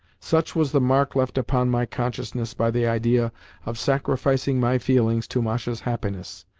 such was the mark left upon my consciousness by the idea of sacrificing my feelings to masha's happiness,